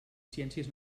ciències